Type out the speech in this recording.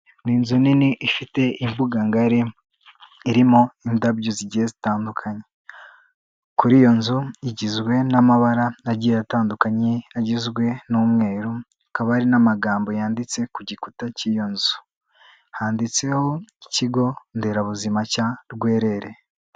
Ni inzu nini ifite imbuga ngari irimo indabyo zigiye zitandukanye, kuri iyo nzu igizwe n'amabara agiye atandukanye agizwe n'umweru, hakaba hari n'amagambo yanditse ku gikuta cy'iyo nzu, handitseho ikigo nderabuzima cya Rwerere.